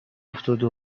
افتاده